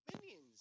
minions